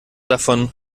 davon